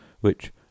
which